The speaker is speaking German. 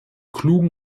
klugen